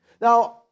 Now